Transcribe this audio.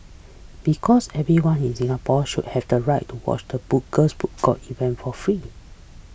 because everyone in Singapore should have the right to watch the event for free